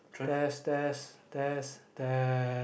test test test test